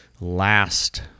last